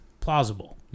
Plausible